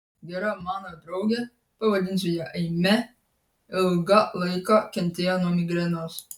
gera mano draugė pavadinsiu ją eime ilgą laiką kentėjo nuo migrenos